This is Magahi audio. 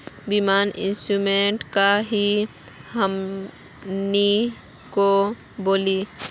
बीमा इंश्योरेंस का है हमनी के बोली?